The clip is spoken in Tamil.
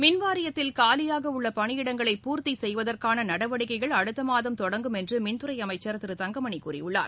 மின்வாரியத்தில் காலியாக உள்ள பணியிடங்களை பூர்த்தி செய்வதற்கான நடவடிக்கைகள் அடுத்தமாதம் தொடங்கும் என்று மின்துறை அமைச்சர் திரு தங்கமணி கூறியுள்ளார்